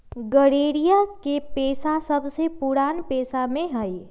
गरेड़िया के पेशा सबसे पुरान पेशा में से हई